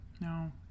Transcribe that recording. no